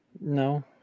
No